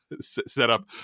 setup